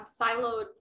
siloed